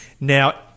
Now